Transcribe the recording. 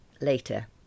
Later